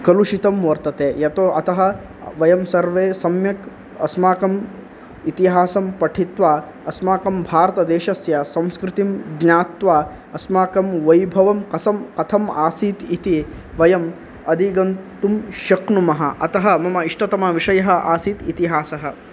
कलुषितं वर्तते यतो अतः वयं सर्वे सम्यक् अस्माकम् इतिहासं पठित्वा अस्माकं भारतदेशस्य संस्कृतिं ज्ञात्वा अस्माकं वैभवं कसं कथम् आसीत् इति वयम् अधिगन्तुं शक्नुमः अतः मम इष्टतमविषयः आसीत् इतिहासः